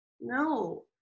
No